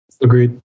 Agreed